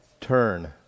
Turn